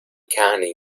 carney